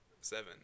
seven